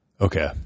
okay